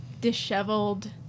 disheveled